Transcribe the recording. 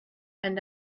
and